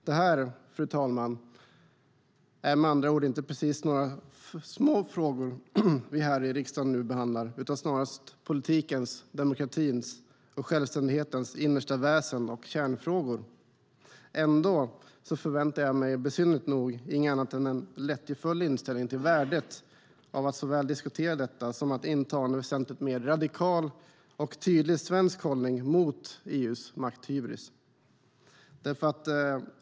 Det är, fru talman, med andra ord inte precis några små frågor vi här i riksdagen nu behandlar, utan det är snarast politikens, demokratins och självständighetens innersta väsen och kärnfrågor. Ändå förväntar jag mig besynnerligt nog inget annat än en lättjefull inställning till värdet av att såväl diskutera detta som att inta en väsentligt mer radikal och tydlig svensk hållning mot EU:s makthybris.